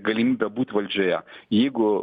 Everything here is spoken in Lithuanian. galimybę būt valdžioje jeigu